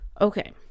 Okay